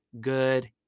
good